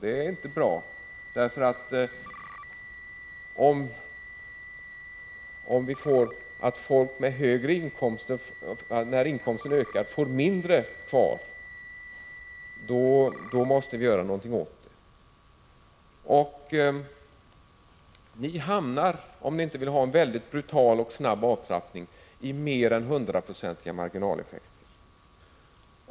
Det är inte bra om folk med högre inkomster när inkomsten ökar får mindre kvar — det måste man göra någonting åt. Ni hamnar — om ni inte vill ha en mycket brutal och snabb avtrappning — på mer än 100-procentiga marginaleffekter.